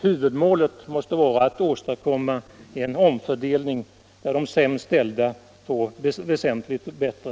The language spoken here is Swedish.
Huvudmålet måste vara att åstadkomma en omfördelning, där de sämst ställda får det väsentligt bättre.